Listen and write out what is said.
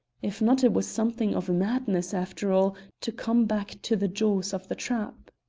if not it was something of a madness, after all, to come back to the jaws of the trap.